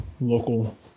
local